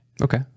Okay